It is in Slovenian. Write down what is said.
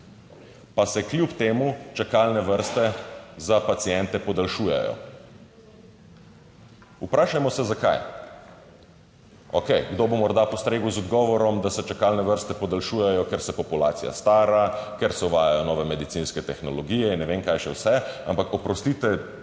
pa se kljub temu čakalne vrste za paciente podaljšujejo. Vprašajmo se, zakaj? Okej, kdo bo morda postregel z odgovorom, da se čakalne vrste podaljšujejo, ker se populacija stara, ker se uvajajo nove medicinske tehnologije in ne vem kaj še vse, ampak, oprostite,